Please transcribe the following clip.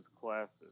classes